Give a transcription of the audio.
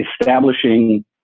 establishing